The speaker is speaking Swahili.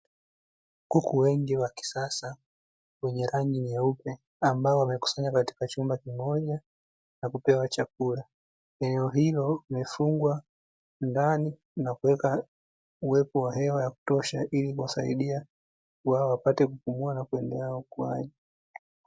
Kuku wengi wa kisasa wenye rangi nyeupe ambao wamekusanywa katika chumba kimoja na kupewa chakula, eneo hilo limefungwa ndani na kuweka uwepo wa hewa ya kutosha, ili kuwasaidi wao wapate kupumua na kuendelea na ukuaji.